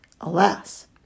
Alas